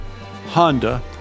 Honda